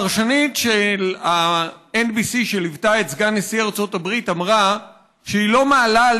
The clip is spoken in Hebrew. הפרשנית של ה-NBC שליוותה את סגן נשיא ארצות הברית אמרה שהיא לא מעלה על